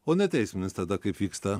o neteisminis tada kaip vyksta